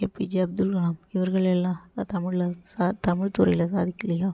APJ Abdul Kalam இவர்கள் எல்லாம் தமிழில் சா தமிழ்துறையில் சாதிக்கிலையா